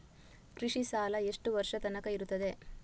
ಕೃಷಿ ಸಾಲ ಎಷ್ಟು ವರ್ಷ ತನಕ ಇರುತ್ತದೆ?